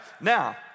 Now